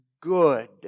good